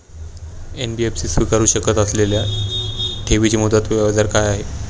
NBFC स्वीकारु शकत असलेल्या ठेवीची मुदत व व्याजदर काय आहे?